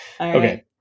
Okay